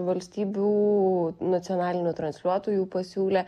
valstybių nacionalinių transliuotojų pasiūlė